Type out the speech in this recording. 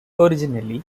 originally